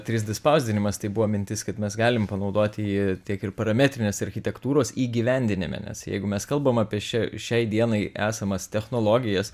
trys d spausdinimas tai buvo mintis kad mes galim panaudoti jį tiek ir parametrinės architektūros įgyvendinime nes jeigu mes kalbam apie šia šiai dienai esamas technologijas